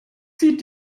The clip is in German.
zieht